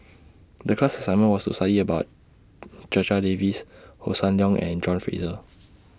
The class assignment was to study about Checha Davies Hossan Leong and John Fraser